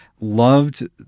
loved